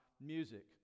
music